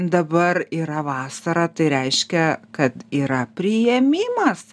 dabar yra vasara tai reiškia kad yra priėmimas